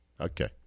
Okay